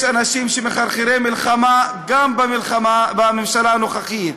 יש אנשים מחרחרי מלחמה גם בממשלה הנוכחית,